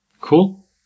Cool